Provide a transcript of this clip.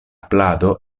plado